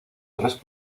tres